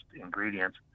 ingredients